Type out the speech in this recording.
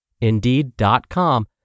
Indeed.com